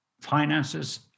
Finances